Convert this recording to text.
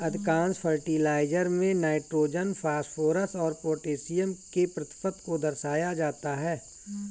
अधिकांश फर्टिलाइजर में nitrogen, phosphorus और पौटेशियम के प्रतिशत को दर्शाया जाता है